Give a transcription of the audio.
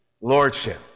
Lordship